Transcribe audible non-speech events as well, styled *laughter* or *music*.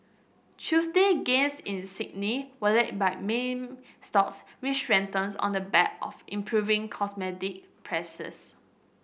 Tuesday gains in Sydney were led by mining stocks which strengthens on the back of improving *unintelligible* prices